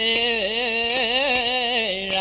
a